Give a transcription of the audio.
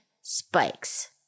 Spikes